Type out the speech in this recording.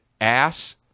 ass